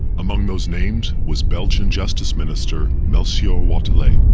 among those names, was belgian justice minister melchior wathelet,